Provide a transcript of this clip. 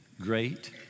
great